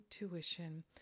intuition